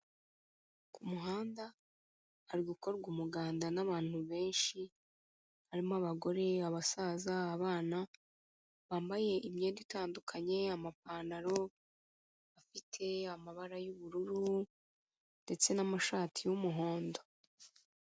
Ku muhanda hari gukorwa umuganda n'abantu benshi, harimo abagore, abasaza, abana, bambaye imyenda itandukanye, amapantaro afite amabara y'ubururu ndetse n'amashati y'umuhondo.